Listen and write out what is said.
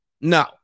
No